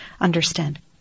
understand